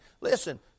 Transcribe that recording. listen